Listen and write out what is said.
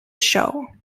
show